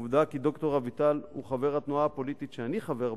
העובדה שד"ר אביטל הוא חבר התנועה הפוליטית שאני חבר בה,